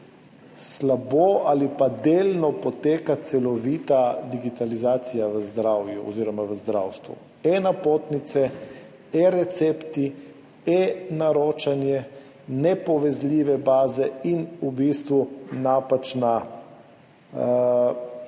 slabo ali pa delno poteka celovita digitalizacija v zdravstvu, e-napotnice, e-recepti, e-naročanje, nepovezljive baze in v bistvu napačna